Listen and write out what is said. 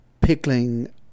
pickling